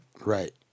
Right